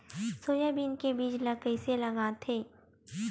Soybean के बीज ल कइसे लगाथे?